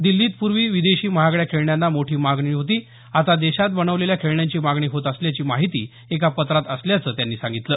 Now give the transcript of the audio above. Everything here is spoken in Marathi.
दिल्लीत पूर्वी विदेशी महागड्या खेळण्यांना मोठी मागणी होती आता देशात बनवलेल्या खेळण्यांची मागणी होत असल्याची माहिती एका पत्रात असल्याचं त्यांनी सांगितलं